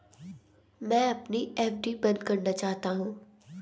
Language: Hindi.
मैं अपनी एफ.डी बंद करना चाहता हूँ